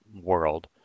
world